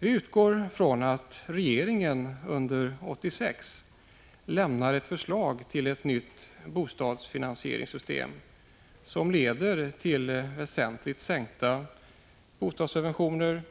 Vi utgår från att regeringen under 1986 lämnar ett förslag till ett nytt bostadsfinansieringssystem, som leder till väsentligt sänkta bostadssubventioner